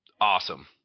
awesome